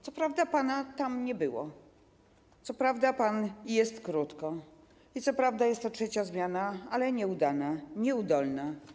Co prawda pana tam nie było, co prawda pan jest krótko i co prawda jest to trzecia zmiana, ale nieudana, nieudolna.